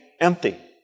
empty